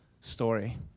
story